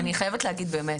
חייבת להגיד, באמת,